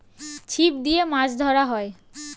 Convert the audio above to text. ছিপ দিয়ে মাছ ধরা হয়